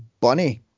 bunny